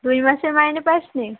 দুই মাসের মাইনে পাস নি